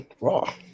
Raw